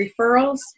referrals